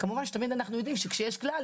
כמובן שתמיד אנחנו יודעים שכשיש כלל,